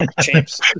Champs